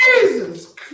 Jesus